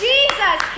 Jesus